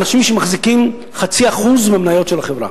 אנשים שמחזיקים 0.5% מהמניות של החברה,